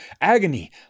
Agony